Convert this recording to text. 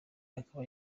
akaba